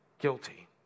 guilty